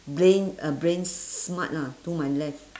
brain uh brain smart lah to my left